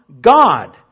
God